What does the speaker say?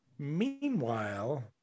meanwhile